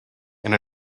and